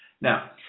Now